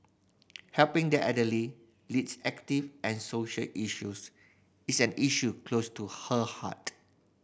helping the elderly leads active and social issues is an issue close to her heart